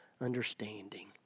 understanding